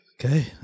Okay